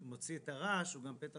משטרת ישראל מתעסקת בנושא רעש גם בימים וגם